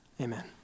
Amen